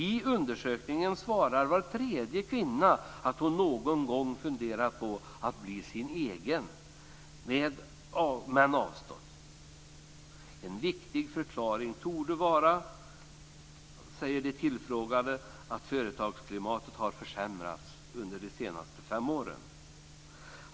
I undersökningen svarar var tredje kvinna att hon någon gång har funderat på att bli "sin egen" men avstått. En viktig förklaring torde vara att de tillfrågade anser att företagsklimatet har försämrats under de senaste fem åren.